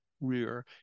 rear